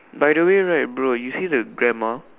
by the way right bro you see the grandma